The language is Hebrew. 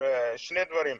שני דברים,